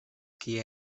qui